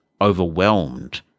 overwhelmed